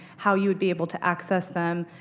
how you will be able to access them,